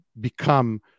become